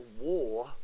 war